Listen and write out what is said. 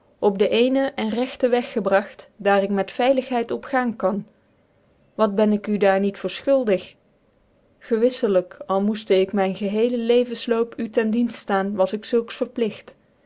op den ccnen cn rcetcn weg gebragt daar ik met veiligheid op gaan kan wat ben ik u daar niet voor fchuldig gcwiflc jk al moefte ik myn gchcele levensloop u ten dienft ftaan was ik zulks